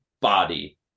body